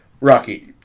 Rocky